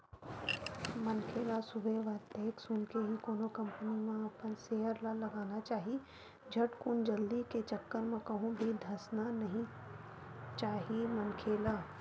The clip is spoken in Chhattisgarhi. मनखे ल सुबेवत देख सुनके ही कोनो कंपनी म अपन सेयर ल लगाना चाही झटकुन जल्दी के चक्कर म कहूं भी धसना नइ चाही मनखे ल